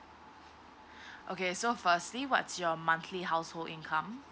okay so firstly what's your monthly household income